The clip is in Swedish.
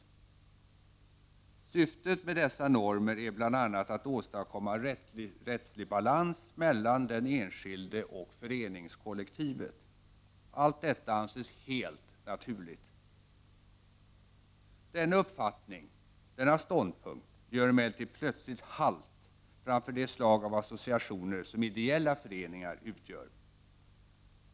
Syftet med dessa normer är bl.a. att åstadkomma rättslig balans mellan den enskilde och föreningskollektivet. Allt detta anses helt naturligt. Denna uppfattning, denna ståndpunkt, gör emellertid plötsligt halt framför det slag av associationer som ideella föreningar utgör.